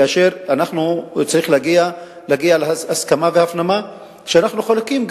כאשר צריך להגיע להסכמה והפנמה שאנחנו גם חלוקים,